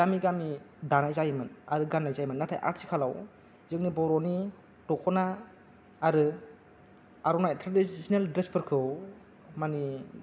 गामि गामि दानाय जायोमोन आरो गाननाय जायोमोन नाथाय आथिखालाव जोंनि बर'नि दखना आरो आर'नाइ ट्रेडिसेनेल ड्रेसफोरखौ माने